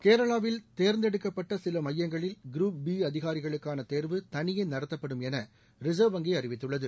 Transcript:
கேரளாவில் தேர்ந்தெடுக்கப்பட்ட சில மையங்களில் குரூப் பி அதிகாரிகளுக்கான தேர்வு தனியே நடத்தப்படும் என ரிசர்வ் வங்கி அறிவித்துள்ளது